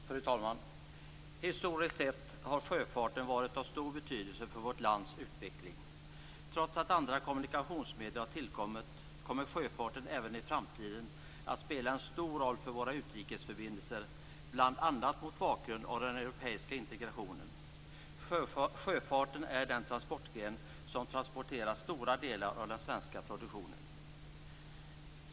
Fru talman! Historiskt sett har sjöfarten varit av stor betydelse för vårt lands utveckling. Trots att andra kommunikationsmedel har tillkommit, kommer sjöfarten även i framtiden att spela en stor roll för våra utrikesförbindelser, bl.a. mot bakgrund av den europeiska integrationen. Sjöfarten är den transportgren som transporterar stora delar av den svenska produktionen.